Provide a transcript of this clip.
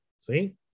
See